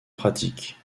pratique